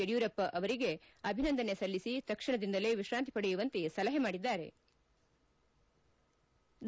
ಯಡಿಯೂರಪ್ಪ ಅವರಿಗೆ ಅಭಿನಂದನೆ ಸಲ್ಲಿಸಿ ತಕ್ಷಣದಿಂದಲೇ ವಿಶ್ರಾಂತಿ ಪಡೆಯುವಂತೆ ಸಲಹೆ ಮಾಡಿದ್ಗಾರೆ